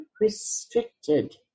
restricted